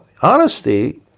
honesty